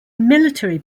military